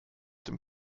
dem